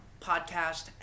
podcast